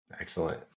Excellent